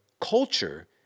culture